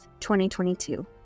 2022